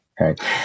Okay